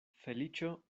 feliĉo